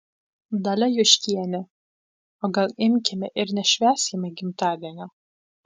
dalia juškienė o gal imkime ir nešvęskime gimtadienio